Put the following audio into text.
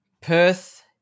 Perth